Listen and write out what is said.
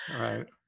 Right